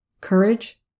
courage